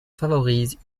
favorisent